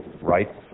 Right